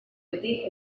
beti